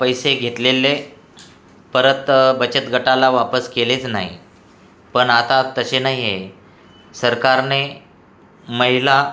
पैसे घेतलेले परत बचत गटाला वापस केलेच नाही पण आता तसे नाही आहे सरकारने महिला